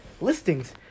listings